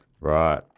Right